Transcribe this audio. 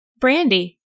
Brandy